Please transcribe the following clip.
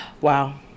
Wow